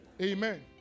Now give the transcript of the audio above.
Amen